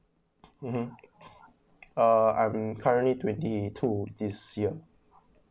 mmhmm err I am currently twenty two this year